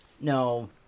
no